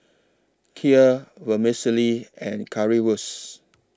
Kheer Vermicelli and Currywurst